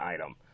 item